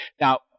Now